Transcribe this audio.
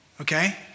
okay